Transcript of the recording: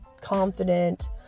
confident